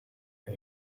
are